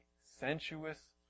sensuous